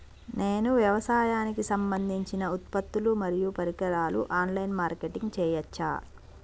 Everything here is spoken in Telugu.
నేను వ్యవసాయానికి సంబంధించిన ఉత్పత్తులు మరియు పరికరాలు ఆన్ లైన్ మార్కెటింగ్ చేయచ్చా?